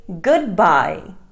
goodbye